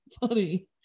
funny